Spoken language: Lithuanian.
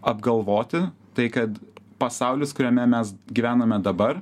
apgalvoti tai kad pasaulis kuriame mes gyvename dabar